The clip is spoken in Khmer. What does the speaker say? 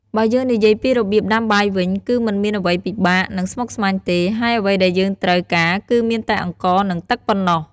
បើយើងនិយាយពីរបៀបដាំបាយវិញ គឺមិនមានអ្វីពិបាក និងស្មុគស្មាញទេ ហើយអ្វីដែលយើងត្រូវការគឺមានតែអង្ករ និង ទឹកប៉ុណ្ណោះ។